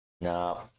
No